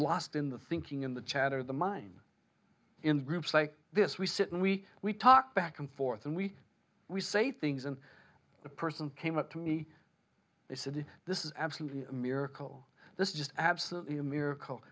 lost in the thinking in the chatter the mind in groups like this we sit and we we talk back and forth and we we say things and a person came up to me they said this is absolutely a miracle this is just absolutely a miracle